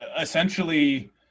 essentially